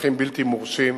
במוסכים בלתי מורשים.